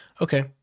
Okay